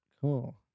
Cool